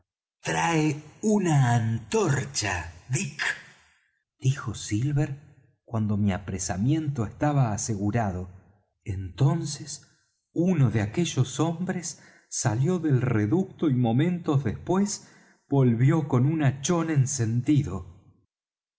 trae una antorcha dick dijo silver cuando mi apresamiento estaba asegurado entonces uno de aquellos hombres salió del reducto y momentos después volvió con un hachón encendido